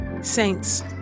Saints